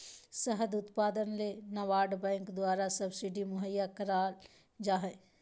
शहद उत्पादन ले नाबार्ड बैंक द्वारा सब्सिडी मुहैया कराल जा हय